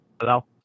Hello